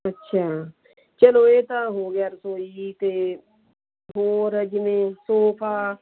ਅੱਛਾ ਚਲੋ ਇਹ ਤਾਂ ਹੋ ਗਿਆ ਰਸੋਈ ਅਤੇ ਹੋਰ ਜਿਵੇਂ ਸੋਫਾ